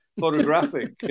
photographic